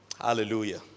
Hallelujah